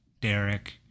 Derek